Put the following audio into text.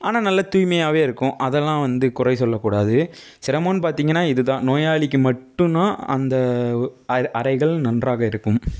ஆனால் நல்லா தூய்மையாகவேருக்கும் அதெலாம் வந்து குறை சொல்ல கூடாது சிரமம்ன்னு பார்த்திங்கனா இதுதான் நோயாளிக்கு மட்டுன்னா அந்த அறைகள் நன்றாக இருக்கும்